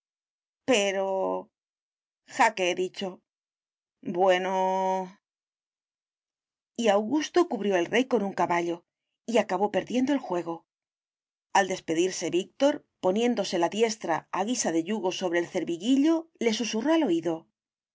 pero jaque he dicho bueno y augusto cubrió el rey con un caballo y acabó perdiendo el juego al despedirse víctor poniéndose la diestra a guisa de yugo sobre el cerviguillo le susurró al oído